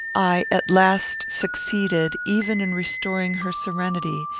i, at last, succeeded, even in restoring her serenity,